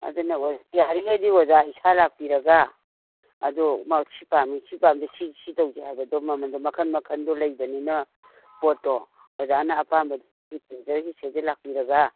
ꯑꯗꯨꯅ ꯌꯥꯔꯤꯉꯩꯗꯤ ꯑꯣꯖꯥ ꯏꯁꯥ ꯂꯥꯛꯄꯤꯔꯒ ꯑꯗꯨ ꯁꯤ ꯄꯥꯝꯃꯤ ꯁꯤ ꯄꯥꯝꯗꯦ ꯁꯤ ꯁꯤ ꯇꯧꯁꯦ ꯍꯥꯏꯕꯗꯣ ꯃꯃꯟꯗꯣ ꯃꯈꯟ ꯃꯈꯟꯗꯣ ꯂꯩꯕꯅꯤꯅ ꯄꯣꯠꯇꯣ ꯑꯣꯖꯥꯅ ꯑꯄꯥꯝꯕ ꯁꯤꯒꯤ ꯐꯔꯅꯤꯆꯔꯒꯤ ꯁꯤꯗꯩꯗ ꯂꯥꯛꯄꯤꯔꯒ